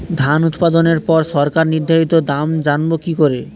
ধান উৎপাদনে পর সরকার নির্ধারিত দাম জানবো কি করে?